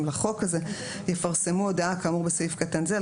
לחוק הזה "יפרסמו הודעה כאמור בסעיף קטן זה,